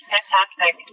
Fantastic